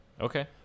Okay